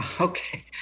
okay